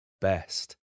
best